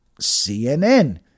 cnn